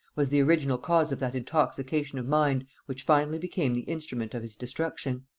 was the original cause of that intoxication of mind which finally became the instrument of his destruction?